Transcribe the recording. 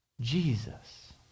Jesus